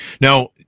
Now